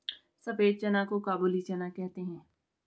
सफेद चना को काबुली चना कहते हैं